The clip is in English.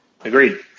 Agreed